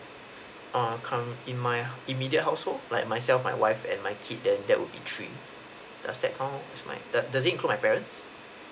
err curr~ in my immediate household like myself my wife and my kid then that would be three does that count is my does does it include my parents